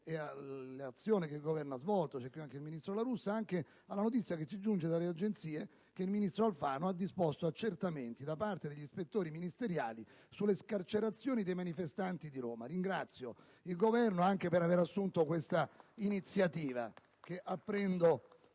e alle azioni che il Governo ha svolto - è presente in Aula anche il ministro La Russa - alla notizia, che mi è giunta ora dalle agenzie, che il ministro Alfano ha disposto accertamenti da parte degli ispettori ministeriali sulle scarcerazioni dei manifestanti di Roma. Ringrazio il Governo anche per aver assunto questa iniziativa. *(Applausi